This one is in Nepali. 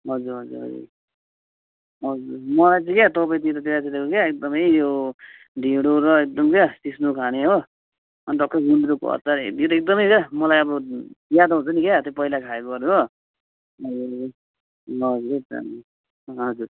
हजुर हजुर हजुर हजुर हजुर मलाई चाहिँ क्या तपाईँतिर त्यतातिरको एकदमै यो ढेँडो र एकदम क्या सिस्नो खाने हो अन्त खै गुन्द्रुकको अचार यो त एकदमै क्या मलाई अब याद आउँछ नि क्या त्यो पहिला खाएकोहरू हो ए ल हजुर